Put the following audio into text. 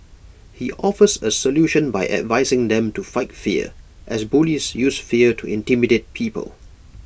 he offers A solution by advising them to fight fear as bullies use fear to intimidate people